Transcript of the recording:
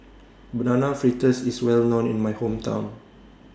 Banana Fritters IS Well known in My Hometown